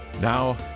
Now